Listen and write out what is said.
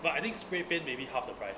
but I think spray paint maybe half the price